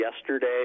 yesterday